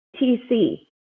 TC